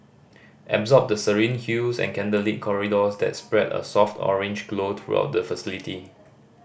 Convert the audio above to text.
absorb the serene hues and candlelit corridors that spread a soft orange glow throughout the facility